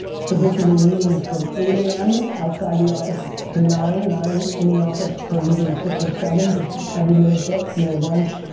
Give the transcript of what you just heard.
so basically meetings from eight am outside the office to nine, nine in the office till usually six or seven just every minute book no lunch,